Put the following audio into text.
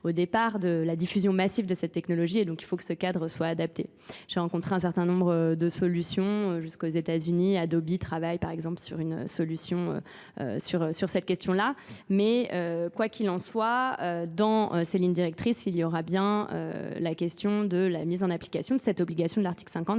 au départ de la diffusion massive de cette technologie et donc il faut que ce cadre soit adapté. J'ai rencontré un certain nombre de solutions jusqu'aux Etats-Unis. Adobe travaille par exemple sur une solution sur cette question-là, mais quoi qu'il en soit, dans ces lignes directrices, il y aura bien la question de la mise en application de cette obligation de l'article 50